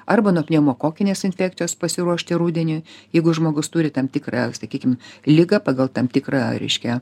arba nuo pneumokokinės infekcijos pasiruošti rudeniui jeigu žmogus turi tam tikrą sakykim ligą pagal tam tikrą reiškia